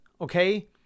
Okay